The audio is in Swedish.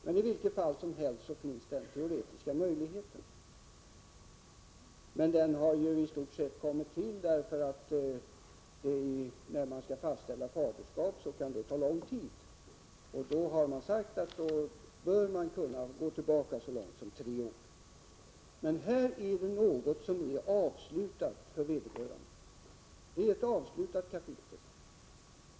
Men i vilket fall som helst finns det teoretiska möjligheter. De har i stort sett kommit till därför att det kan ta lång tid att fastställa faderskap. Då har man sagt att man bör kunna gå tillbaka så långt som tre år. Men här är det fråga om ett för vederbörande avslutat kapitel.